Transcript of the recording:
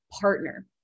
partner